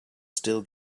still